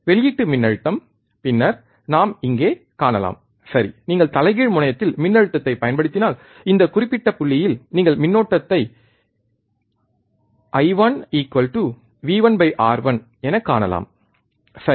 வெளியீட்டு மின்னழுத்தம் பின்னர் நாம் இங்கே காணலாம் சரி நீங்கள் தலைகீழ் முனையத்தில் மின்னழுத்தத்தைப் பயன்படுத்தினால் இந்த குறிப்பிட்ட புள்ளியில் நீங்கள் மின்னோட்டத்தைக் என I1 V1 R1 காணலாம் சரி